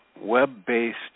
web-based